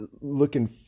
looking